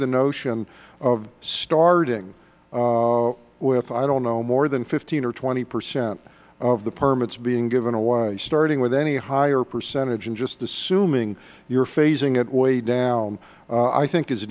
the notion of starting with i don't know more than fifteen or twenty percent of the permits being given away starting with any higher percentage and just assuming you're phasing it way down i think i